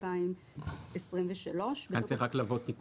התשפ"ג 2023". כאן צריך רק לבוא "תיקון",